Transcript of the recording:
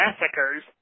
massacres